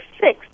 six